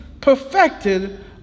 perfected